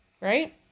Right